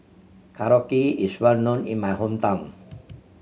korokke is well known in my hometown